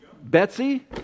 Betsy